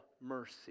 mercy